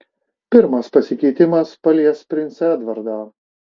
pirmas pasikeitimas palies princą edvardą